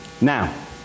Now